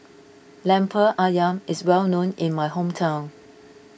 Lemper Ayam is well known in my hometown